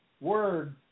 word